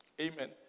Amen